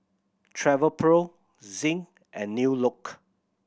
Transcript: Travelpro Zinc and New Look